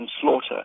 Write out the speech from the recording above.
slaughter